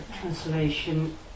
translation